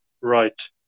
Right